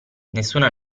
nessuna